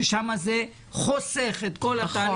שזה חוסך את כל התהליך.